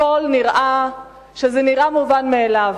הכול נראה מובן מאליו,